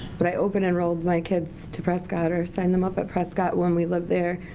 but i open enrolled my kids to prescott or signed them up at prescott when we lived there.